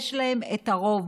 יש להם את הרוב.